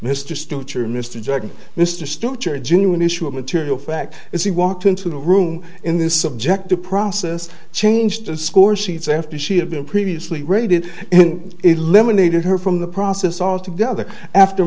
a genuine issue of material fact as he walked into the room in this subject the process changed to score sheets after she had been previously rated eliminated her from the process altogether after